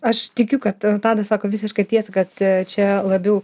aš tikiu kad tadas sako visišką tiesą kad čia labiau